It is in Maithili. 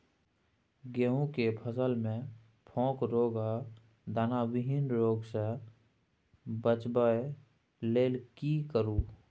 गेहूं के फसल मे फोक रोग आ दाना विहीन रोग सॅ बचबय लेल की करू?